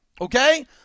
okay